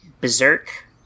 Berserk